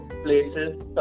places